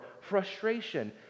frustration